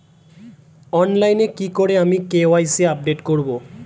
অনলাইনে কি করে আমি কে.ওয়াই.সি আপডেট করব?